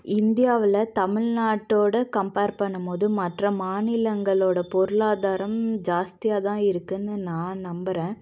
இந்தியாவில் தமிழ் நாட்டோடு கம்ப்பேர் பண்ணும்போது மற்ற மாநிலங்களோடய பொருளாதாரம் ஜாஸ்தியாக தான் இருக்குன்னு நான் நம்புகிறேன்